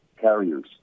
carriers